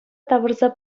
тавӑрса